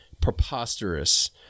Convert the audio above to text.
preposterous